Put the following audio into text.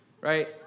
right